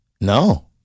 No